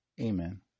Amen